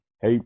hey